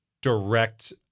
direct